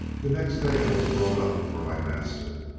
the next day i was brought up for my master.